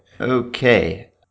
Okay